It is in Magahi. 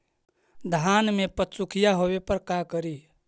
धान मे पत्सुखीया होबे पर का करि?